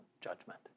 judgment